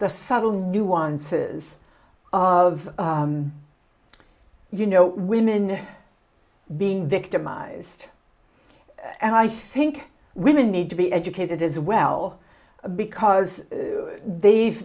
the subtle nuances of you know women being victimized and i think women need to be educated as well because they've